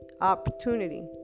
opportunity